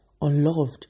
unloved